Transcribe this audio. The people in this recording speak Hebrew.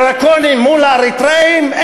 דרקוניים מול האריתריאים?